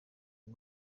rwo